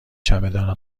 چمدان